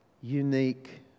unique